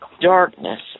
darkness